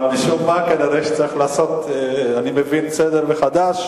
אבל משום מה אני מבין שכנראה צריך לעשות סדר מחדש,